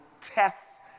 tests